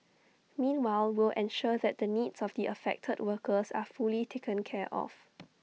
meanwhile will ensure that the needs of the affected workers are fully taken care of